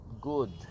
good